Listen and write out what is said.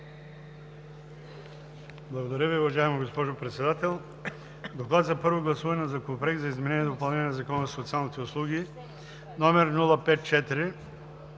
Благодаря Ви, уважаема госпожо Председател. „ДОКЛАД за първо гласуване на Законопроект за изменение и допълнение на Закона за социалните услуги, №